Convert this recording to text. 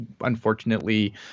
unfortunately